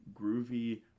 Groovy